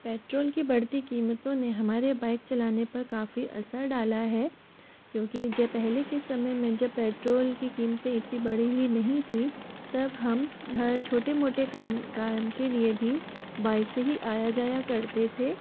petrol की बढ़ती कीमतों ने हमारे बाइक चलाने पर काफ़ी असर डाला है क्योंकि जे पहले के समय जब पेट्रोल की कीमतें इतनी बढी हुई नहीं थी जब हम हर छोटे मोटे काम काम के लिए भी बाइक से ही आया जाया करते थे